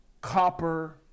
copper